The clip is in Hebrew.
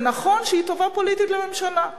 זה נכון שהיא טובה פוליטית לממשלה.